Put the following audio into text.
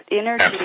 energy